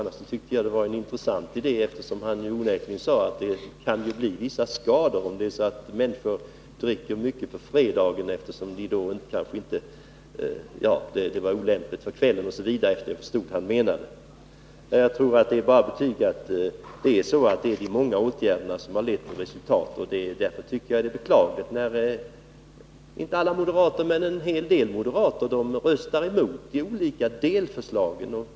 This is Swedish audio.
Annars tyckte jag att det var en intressant idé, eftersom Bo Lundgren onekligen sade att det kan bli vissa skador, om människor dricker på fredagen. Han menade, såvitt jag förstod, att det var olämpligt på fredagskvällen. Jag tror emellertid att det bara är att betyga att det är de många åtgärderna som har lett till resultaten. Därför tycker jag det är beklagligt när en hel del moderater — det gäller inte alla — röstar emot de olika delförslagen.